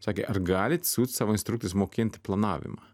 sakė ar galit siųst savo instruktorius mokinti planavimą